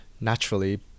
naturally